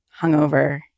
hungover